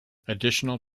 additional